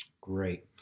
Great